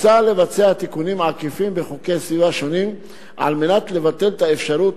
מוצע לבצע תיקונים עקיפים בחוקי סביבה שונים על מנת לבטל את האפשרות